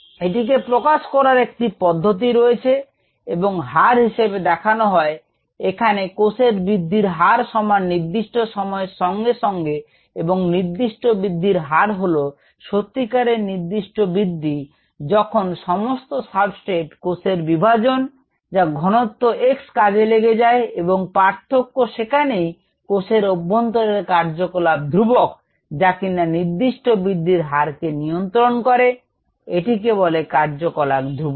এটিকে প্রকাশ করার একটি পদ্ধতি রয়েছে এবং হার হিসেবে দেখানো হয় এখানে কোষের বৃদ্ধির হার সমান নির্দিষ্ট সময়ের সঙ্গে সঙ্গে এবং নির্দিষ্ট বৃদ্ধির হার হল সত্যিকারের নির্দিষ্ট বৃদ্ধি যখন সমস্ত সাবস্ট্রেট কোষের বিভাজন যা ঘনত্ত x কাজে লেগে যায় এবং পার্থক্য যেখানেই কোষের অভ্যন্তরে কার্যকলাপ ধ্রুবক যা কিনা নির্দিষ্ট বৃদ্ধির হারকে নিয়ন্ত্রণ করে এটিকে বলে কার্যকলাপ ধ্রুবক